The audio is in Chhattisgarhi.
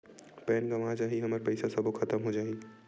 पैन गंवा जाही हमर पईसा सबो खतम हो जाही?